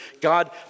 God